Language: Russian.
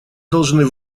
должны